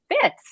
fits